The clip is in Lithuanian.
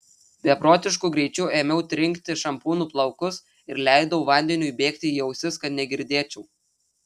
beprotišku greičiu ėmiau trinkti šampūnu plaukus ir leidau vandeniui bėgti į ausis kad negirdėčiau